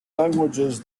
languages